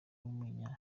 w’umunya